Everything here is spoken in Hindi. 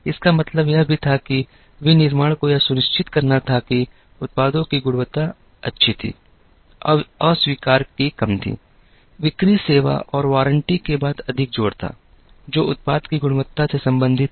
इसका मतलब यह भी था कि विनिर्माण को यह सुनिश्चित करना था कि उत्पादों की गुणवत्ता अच्छी थी अस्वीकार की कम थी बिक्री सेवा और वारंटी के बाद अधिक जोर था जो उत्पाद की गुणवत्ता से संबंधित हैं